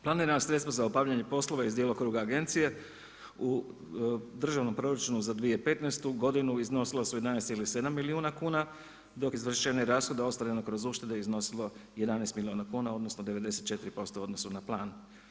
Planirana sredstva za obavljanje poslova iz djelokruga agencije u državnom proračunu za 2015. godinu iznosila su 11,7 milijuna kuna dok je izvršenje rashoda ostvareno kroz uštede iznosilo 11 milijuna kuna odnosno 94% u odnosu na plan.